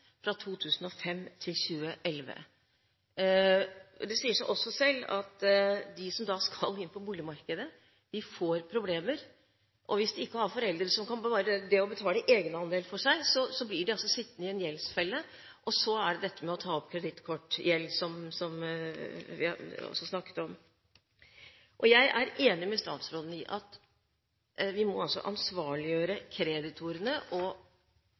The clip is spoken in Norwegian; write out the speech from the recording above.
fra 2005 til 2011. Det sier seg også selv at de som skal inn på boligmarkedet, får problemer. Hvis de ikke har foreldre som kan betale egenandelen for seg, blir de sittende i en gjeldsfelle. Og så er det det å ta opp kredittkortgjeld, som vi også har snakket om. Jeg er enig med statsråden i at vi må ansvarliggjøre kreditorene og